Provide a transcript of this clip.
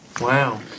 Wow